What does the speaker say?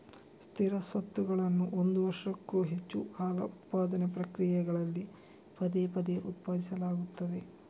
ಸ್ಥಿರ ಸ್ವತ್ತುಗಳನ್ನು ಒಂದು ವರ್ಷಕ್ಕೂ ಹೆಚ್ಚು ಕಾಲ ಉತ್ಪಾದನಾ ಪ್ರಕ್ರಿಯೆಗಳಲ್ಲಿ ಪದೇ ಪದೇ ಉತ್ಪಾದಿಸಲಾಗುತ್ತದೆ